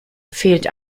fehlt